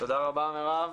תודה רבה, מירב.